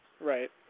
Right